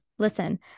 Listen